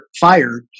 fired